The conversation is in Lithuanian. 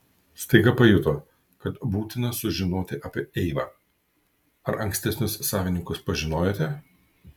staiga pajuto kad būtina sužinoti apie eivą ar ankstesnius savininkus pažinojote